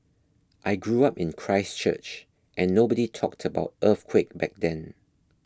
I grew up in Christchurch and nobody talked about earthquake back then